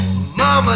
Mama